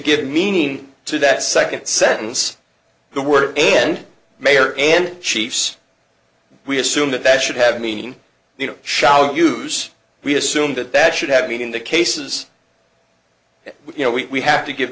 give meaning to that second sentence the word and mayor and chiefs we assume that that should have meaning you know shall use we assume that that should have been in the cases you know we have to give